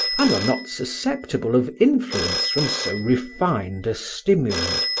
and are not susceptible of influence from so refined a stimulant,